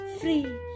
Free